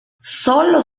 sólo